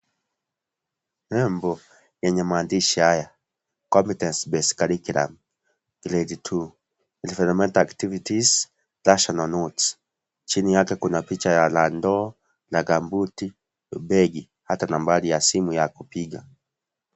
Nembo yenye maandishi haya, (cs)Competence Based Curriculum, Grade 2,Environmental activities rationalised notes(cs) chini yake kuna picha la ndoo, la gambuti, begi hata nambari ya simu ya kupiga.